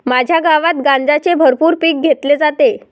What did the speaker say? माझ्या गावात गांजाचे भरपूर पीक घेतले जाते